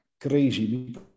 crazy